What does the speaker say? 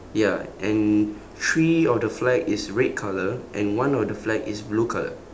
ya and three of the flag is red colour and one of the flag is blue colour